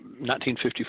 1954